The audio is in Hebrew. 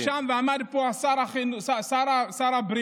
ועמדתי שם, ועמד פה שר הבריאות,